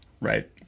Right